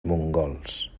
mongols